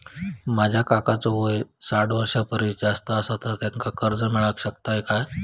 माझ्या काकांचो वय साठ वर्षां परिस जास्त आसा तर त्यांका कर्जा मेळाक शकतय काय?